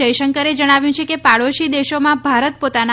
જયશંકરે જણાવ્યું છે કે પાડોશી દેશોમાં ભારત પોતાના